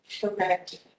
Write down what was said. correct